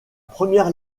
première